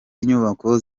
y’inyubako